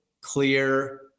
clear